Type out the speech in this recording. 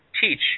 teach